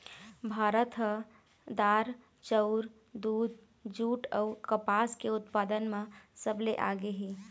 भारत ह दार, चाउर, दूद, जूट अऊ कपास के उत्पादन म सबले आगे हे